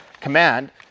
command